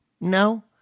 No